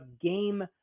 game